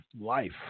life